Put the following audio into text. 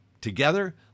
together